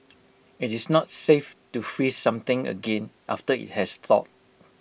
IT is not safe to freeze something again after IT has thawed